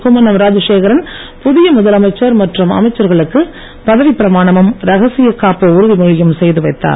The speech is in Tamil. கும்மணம் ராஜசேகரன் புதிய முதலமைச்சர் மற்றும் அமைச்சர்களுக்கு பதவிப் பிரமாணமும் ரகசிய காப்பு உறுதிமொழியும் செய்து வைத்தார்